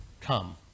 come